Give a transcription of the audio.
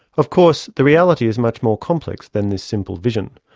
of course the reality is much more complex than this simple vision.